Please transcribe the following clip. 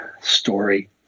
story